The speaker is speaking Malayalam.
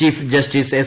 chief justice S